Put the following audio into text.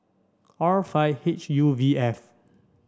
R five H U V F